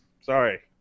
sorry